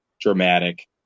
dramatic